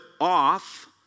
off